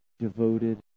devoted